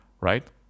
right